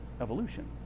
evolution